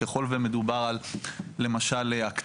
ככל ומדובר בהקצאת,